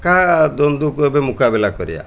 କାହା ଦ୍ୱନ୍ଦ୍ୱକୁ ଏବେ ମୁକାବିଲା କରିବା